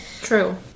True